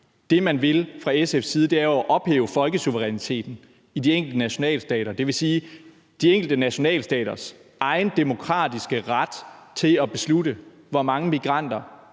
Det, man fra SF's side vil, er jo at ophæve folkesuveræniteten i de enkelte nationalstater, og det vil sige de enkelte nationalstaters egen demokratiske ret til at beslutte, hvor mange migranter